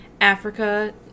Africa